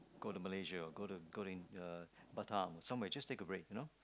go to Malaysia go to go to in uh Batam so I might just take a break you know